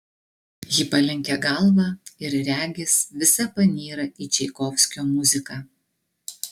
ji palenkia galvą ir regis visa panyra į čaikovskio muziką